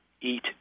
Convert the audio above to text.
eat